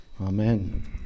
Amen